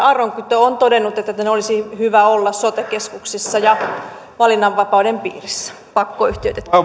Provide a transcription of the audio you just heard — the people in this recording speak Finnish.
aronkytö on todennut että niiden olisi hyvä olla sote keskuksissa ja valinnanvapauden piirissä pakkoyhtiöitettyinä